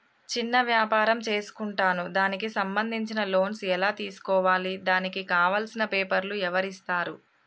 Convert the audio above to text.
చిన్న వ్యాపారం చేసుకుంటాను దానికి సంబంధించిన లోన్స్ ఎలా తెలుసుకోవాలి దానికి కావాల్సిన పేపర్లు ఎవరిస్తారు?